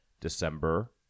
December